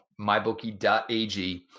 MyBookie.ag